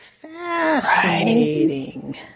fascinating